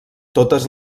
totes